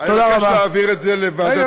אני מבקש להעביר את זה לוועדת,